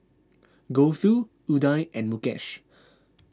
Gouthu Udai and Mukesh